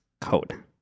code